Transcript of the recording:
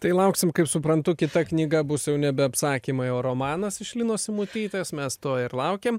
tai lauksim kaip suprantu kita knyga bus jau nebe apsakymai o romanas iš linos simutytės mes to ir laukėm